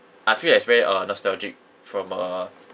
I feel like it's very uh nostalgic from uh